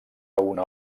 una